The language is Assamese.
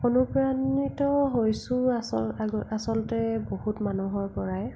অনুপ্ৰাণিত হৈছোঁ আচলতে বহুত মানুহৰ পৰাই